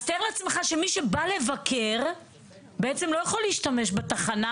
אז תאר לעצמך שמי שבא לבקר לא יכול להשתמש בתחנה